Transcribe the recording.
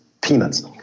peanuts